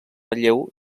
relleu